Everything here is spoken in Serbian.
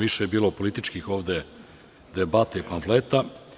Više je bilo političkih ovde debata i pamfleta.